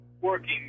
working